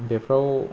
बेफ्राव